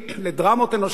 לדרמות אנושיות,